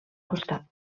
costat